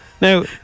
Now